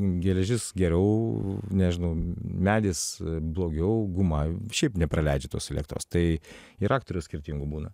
geležis geriau nežinau medis blogiau guma šiaip nepraleidžia tos elektros tai ir aktorių skirtingų būna